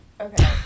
okay